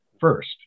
first